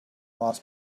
lost